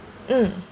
mm